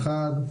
אחד,